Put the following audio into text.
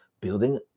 building